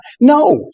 No